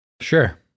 Sure